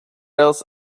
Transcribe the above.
else